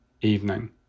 evening